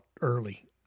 early